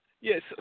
yes